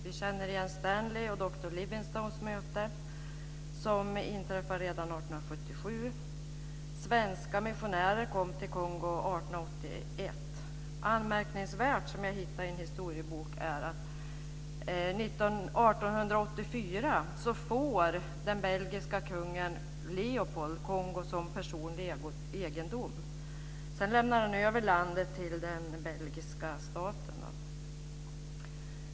Vi känner igen Stanleys och doktor Livingstones möte, som inträffade redan 1877. Svenska missionärer kom till Anmärkningsvärt är det jag hittade i en historiebok, att den belgiske kungen Leopold 1884 får Kongo som personlig egendom. Sedan lämnar han över landet till den belgiska staten.